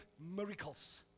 miracles